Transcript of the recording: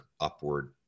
upward